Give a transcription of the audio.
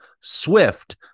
Swift